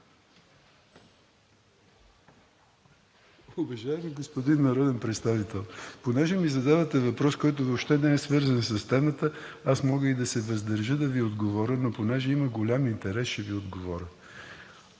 Уважаеми господин народен представител, понеже ми задавате въпрос, който въобще не е свързан с темата, аз мога и да се въздържа да Ви отговоря, но понеже има голям интерес, ще Ви отговоря.